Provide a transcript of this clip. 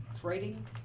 trading